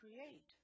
create